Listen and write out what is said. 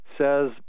says